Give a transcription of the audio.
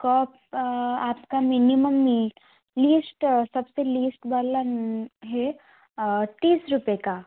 cup आपका minimum में list सब से लिस्ट वाला है तीस रुपये का